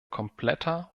kompletter